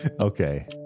Okay